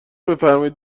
بفرمائید